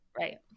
right